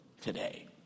today